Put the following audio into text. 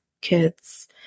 kids